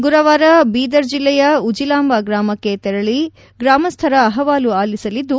ಗುರುವಾರ ಬೀದರ್ ಜಿಲ್ಲೆಯ ಉಜಿಲಾಂಬಾ ಗ್ರಾಮಕ್ಕೆ ತೆರಳಿ ಗ್ರಾಮಸ್ಥರ ಅಹವಾಲು ಆಲಿಸಲಿದ್ದು